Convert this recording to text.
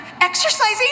Exercising